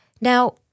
Now